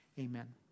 Amen